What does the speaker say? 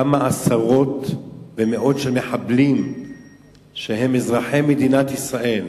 כמה עשרות ומאות מחבלים שהם אזרחי מדינת ישראל?